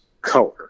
color